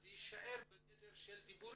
זה יישאר בגדר דיבורים.